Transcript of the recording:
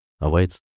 awaits